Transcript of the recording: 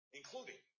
including